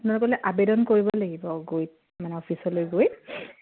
আপোনালোকে আবেদন কৰিব লাগিব গৈ মানে অফিচলৈ গৈ